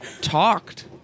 Talked